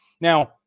Now